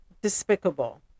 despicable